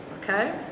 Okay